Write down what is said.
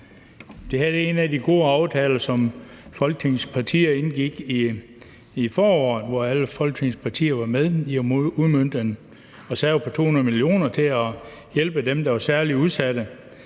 Det her er en af de gode aftaler, som Folketingets partier indgik i foråret, hvor alle Folketingets partier var med til at udmønte en reserve på 200 mio. kr. til at hjælpe dem, der var særligt udsatte,